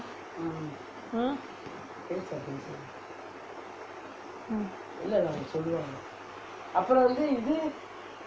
mm